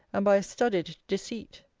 and by a studied deceit!